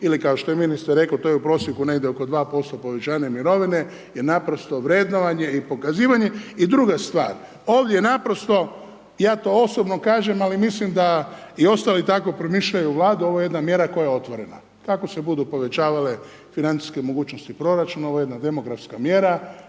ili kao što je ministar rekao to je u prosjeku negdje oko 2% povećanje mirovine, jer naprosto vrednovanje i pokazivanje, i druga stvar, ovdje naprosto, ja to osobno kažem, ali mislim da i ostali tako promišljaju u Vladi, ovo je jedna mjera koja je otvorena. Kako se budu povećavale financijske mogućnosti proračuna, ovo je jedna demografska mjera,